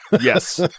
Yes